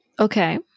Okay